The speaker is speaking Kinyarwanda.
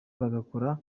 bagakora